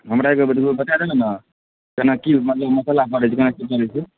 हमरा एकबेर वीडियो पठा देब ने केना की मतलब मसाला पड़ै छै केना की पड़ै छै